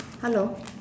hello